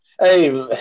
Hey